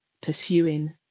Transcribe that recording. pursuing